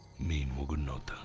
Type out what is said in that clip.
me will will not